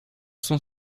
cent